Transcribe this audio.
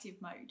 mode